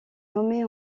nommée